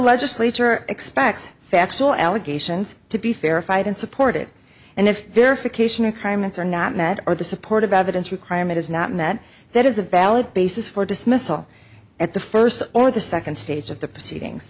legislature expects factual allegations to be fair fight and supported and if verification a crime that's are not met or the support of evidence requirement is not met that is a valid basis for dismissal at the first or the second stage of the proceedings